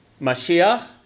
Mashiach